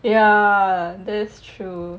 ya that's true